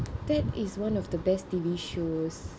that is one of the best T_V shows